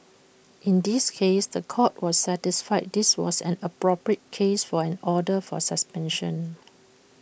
in this case The Court was satisfied this was an appropriate case for an order for suspension